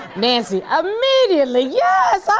nancy ah immediately, yes,